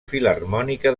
filharmònica